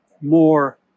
more